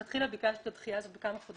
מלכתחילה ביקשנו את הדחייה הזאת לכמה חודשים,